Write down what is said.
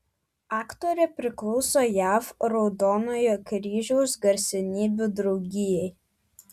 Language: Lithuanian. aktorė priklauso jav raudonojo kryžiaus garsenybių draugijai